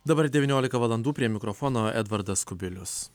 dabar devyniolika valandų prie mikrofono edvardas kubilius